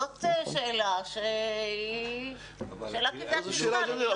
זאת שאלה כבדת משקל.